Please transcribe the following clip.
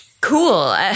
Cool